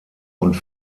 und